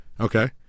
Okay